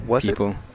people